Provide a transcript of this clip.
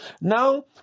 Now